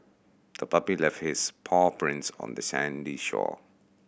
the puppy left its paw prints on the sandy shore